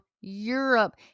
Europe